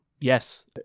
Yes